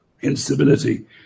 instability